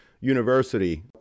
University